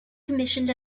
commissioned